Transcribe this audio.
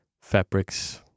fabrics